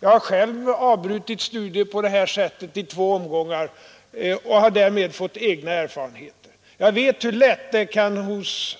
Jag har själv avbrutit studier på detta sätt i två omgångar och har därmed fått egna erfarenheter. Jag vet hur lätt det kan hos